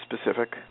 specific